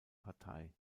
partei